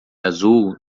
azul